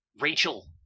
Rachel